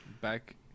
back